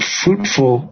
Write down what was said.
fruitful